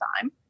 time